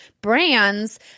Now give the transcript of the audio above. brands